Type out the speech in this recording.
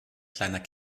kleiner